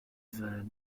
vin